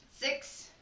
six